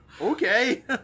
Okay